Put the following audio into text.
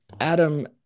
Adam